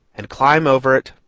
and climb over it,